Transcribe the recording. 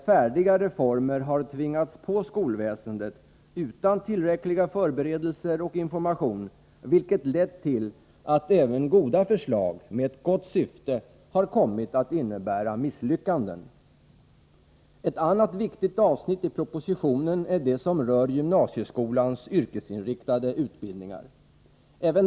Färdiga reformer har påtvingats skolväsendet utan tillräckliga förberedelser och tillräcklig information, vilket lett till att även goda förslag med ett gott syfte har kommit att leda till misslyckanden. Ett annat viktigt avsnitt i propositionen rör gymnasieskolans yrkesinriktade utbildningar.